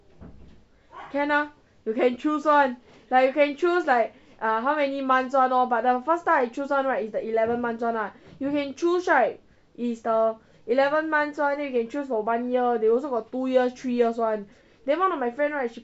can ah you can choose one like you can choose like err how many months [one] lor but the first time I choose [one] right is the eleven months [one] lah you can choose right is the eleven months then you can choose for one year they also got two years three years [one] then one of my friend right she